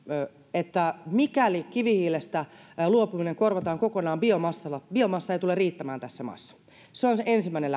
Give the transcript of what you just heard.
että mikäli kivihiilestä luovuttaessa se korvataan kokonaan biomassalla biomassa ei tule riittämään tässä maassa se on se ensimmäinen